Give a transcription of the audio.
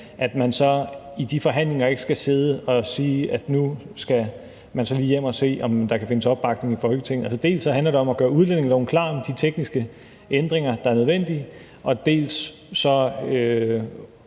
så man i de forhandlinger ikke skal sidde og sige, at nu skal man lige hjem og se, om der kan findes opbakning i Folketinget. Dels handler det om at gøre udlændingeloven klar med de tekniske ændringer, der er nødvendige, dels i